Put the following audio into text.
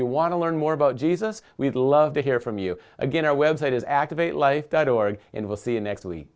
you want to learn more about jesus we'd love to hear from you again our web site is active a life that org and we'll see you next week